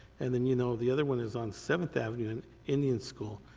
and then you know, the other one is on seventh avenue and indian school,